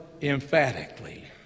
emphatically